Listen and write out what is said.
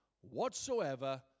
whatsoever